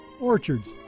Orchards